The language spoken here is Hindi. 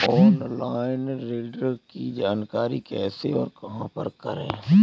ऑनलाइन ऋण की जानकारी कैसे और कहां पर करें?